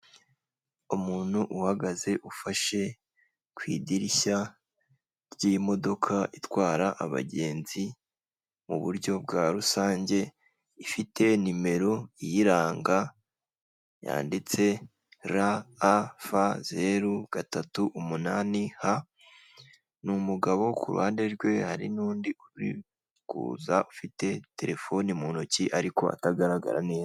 Umuntu uhagaze ufashe ku idirishya ry'imodoka itwara abagenzi m'uburyo bwa rusange, ifite nimero iyiranga yanditse ra fa ga zeru gatatu umunani ha, n'umugabo k'uruhande rwe hari n'undi uri kuza ufite terefone mu ntoki ariko atagaragara neza.